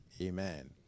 Amen